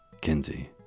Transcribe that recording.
Kinsey